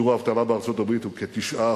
שיעור האבטלה בארצות הברית הוא כ-9%.